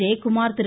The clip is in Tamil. ஜெயக்குமார் திரு